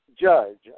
judge